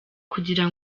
kugira